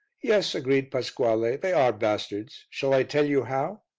yes, agreed pasquale they are bastards. shall i tell you how?